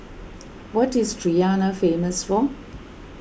what is Tirana famous for